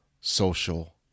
social